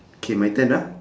K my turn ah